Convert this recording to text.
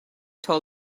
told